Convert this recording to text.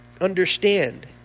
understand